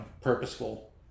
purposeful